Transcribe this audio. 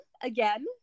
again